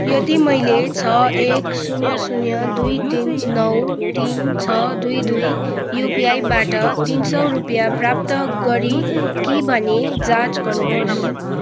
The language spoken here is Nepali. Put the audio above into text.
यदि मैले छ एक शून्य शून्य दुई तिन नौ तिन छ दुई दुई युपिआईबाट तिन सौ रुपियाँ प्राप्त गरेँ कि भनी जाँच गर्नुहोस्